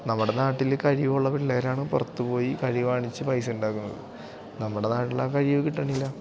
നമ്മുടെ നാട്ടിലെ കഴിവുള്ള പിള്ളേരാണ് പുറത്തു പോയി കഴിവ് കാണിച്ച് പൈസയുണ്ടാക്കുന്നത് നമ്മുടെ നാട്ടിലാ കഴിവ് കിട്ടുന്നില്ല